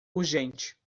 urgente